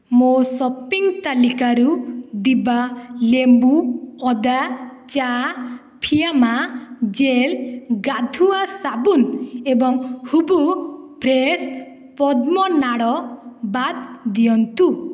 ମୋ ସପିଂ ତାଲିକାରୁ ଦିଭା ଲେମ୍ବୁ ଅଦା ଚା ଫିଆମା ଜେଲ୍ ଗାଧୁଆ ସାବୁନ୍ ଏବଂ ହୂଭୁ ଫ୍ରେଶ ପଦ୍ମ ନାଡ଼ ବାଦ ଦିଅନ୍ତୁ